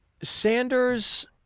Sanders –